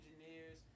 engineers